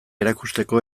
erakusteko